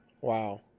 Wow